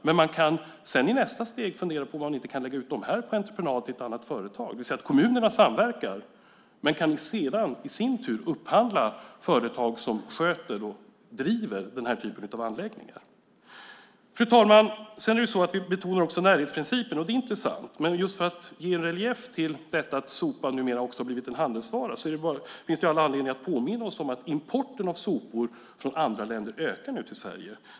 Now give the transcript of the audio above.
Men man kan i nästa steg fundera på om man inte kan lägga ut dem på entreprenad till ett annat företag, det vill säga att kommunerna samverkar, men sedan i sin tur kan upphandla företag som sköter och driver den här typen av anläggningar. Fru talman! Vi betonar också närhetsprincipen, och det är intressant. Men för att ge en relief till att sopan numera har blivit en handelsvara finns det all anledning att påminna oss om att importen av sopor från andra länder till Sverige ökar.